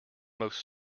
most